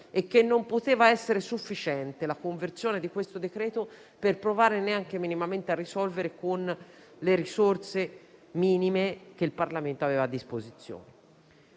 e non poteva essere sufficiente la conversione di questo decreto-legge per provare anche minimamente a risolverle con le risorse minime che il Parlamento aveva a disposizione.